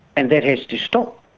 and that has to stop.